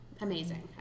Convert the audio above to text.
amazing